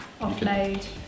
offload